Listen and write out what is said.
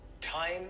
Time